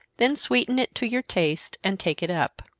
then sweeten it to your taste, and take it up.